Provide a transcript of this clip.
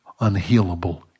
unhealable